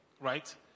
right